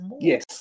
Yes